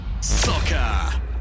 Soccer